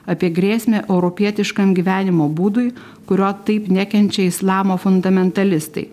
apie grėsmę europietiškam gyvenimo būdui kurio taip nekenčia islamo fundamentalistai